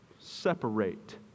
separate